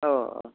अ